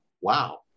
wow